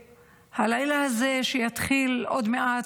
שהלילה הזה שיתחיל עוד מעט,